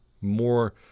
more